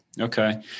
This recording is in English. Okay